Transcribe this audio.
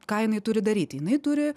ką jinai turi daryti jinai turi